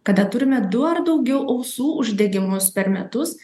kada turime du ar daugiau ausų uždegimus per metus